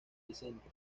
vicente